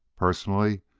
personally,